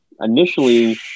initially